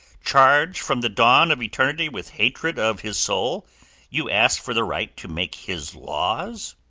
charged from the dawn of eternity with hatred of his soul you ask for the right to make his laws?